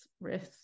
risk